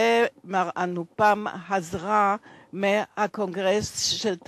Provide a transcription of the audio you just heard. ופרופסור אנופם הזרה מהקונגרס של טרינמול.